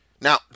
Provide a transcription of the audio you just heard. Now